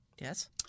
Yes